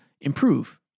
improve